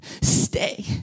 Stay